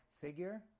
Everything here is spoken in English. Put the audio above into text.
figure